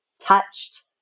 touched